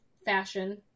Fashion